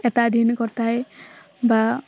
এটা দিন কটাই বা